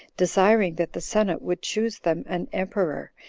desiring that the senate would choose them an emperor,